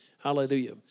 Hallelujah